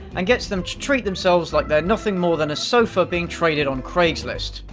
and gets them to treat themselves like they're nothing more than a sofa being traded on craigslist.